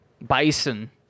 bison